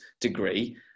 degree